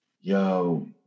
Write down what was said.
yo